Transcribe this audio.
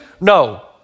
No